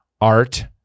art